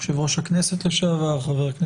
יו"ר הכנסת לשעבר, חה"כ לוין,